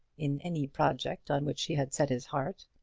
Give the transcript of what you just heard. in any project on which he had set his heart.